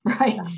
right